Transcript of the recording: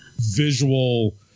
visual